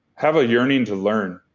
have a yearning to learn.